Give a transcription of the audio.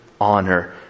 honor